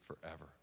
forever